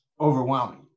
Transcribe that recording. overwhelming